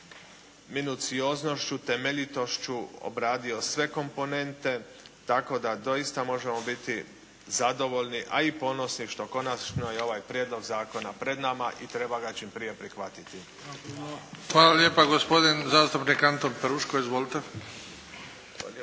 minucioznošću, temeljitošću obradio sve komponente. Tako da doista možemo biti zadovoljni, a i ponosni što konačno je ovaj Prijedlog zakona pred nama i treba ga čim prije prihvatiti. **Bebić, Luka (HDZ)** Hvala lijepa. Gospodin zastupnik Anton Peruško. Izvolite.